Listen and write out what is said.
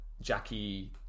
Jackie